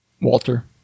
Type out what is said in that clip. Walter